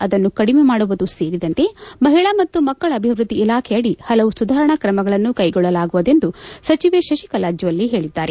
ಅದನ್ನು ಕಡಿಮೆ ಮಾಡುವುದು ಸೇಲಿದಂತೆ ಮಹಿಳಾ ಮತ್ತು ಮಕ್ಕಳ ಅಭವೃದ್ಧಿ ಇಲಾಖೆಯಡಿ ಹಲವು ಸುಧಾರಣಾ ಕ್ರಮಗಳನ್ನು ಕೈಗೊಳ್ಳಲಾಗುವುದು ಎಂದು ಸಚಿವೆ ಶಶಿಕಲಾ ಜೊಲ್ಲೆ ಹೇಳದ್ದಾರೆ